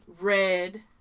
red